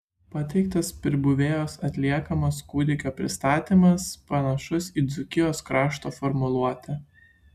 pateiktas pribuvėjos atliekamas kūdikio pristatymas panašus į dzūkijos krašto formuluotę